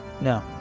No